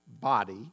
body